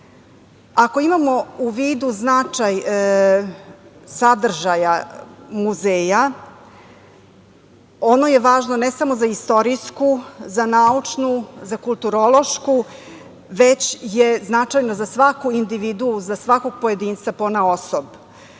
imamo u vidu značaj sadržaja muzeja, ono je važno ne samo za istorijsku, za naučnu, za kulturološku, već je značajno za svaku individuu, za svakog pojedinca ponaosob.